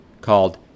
called